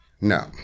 No